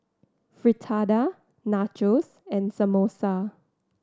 Fritada Nachos and Samosa